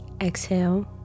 Exhale